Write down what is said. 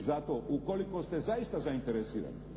Zato ukoliko ste zaista zainteresirani